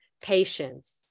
Patience